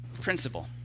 Principle